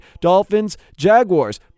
Dolphins-Jaguars